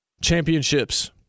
championships